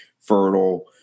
fertile